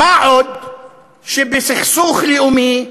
מה גם שבסכסוך לאומי,